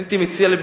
הייתי מציע לה,